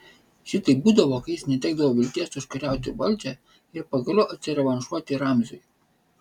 šitaip būdavo kai jis netekdavo vilties užkariauti valdžią ir pagaliau atsirevanšuoti ramziui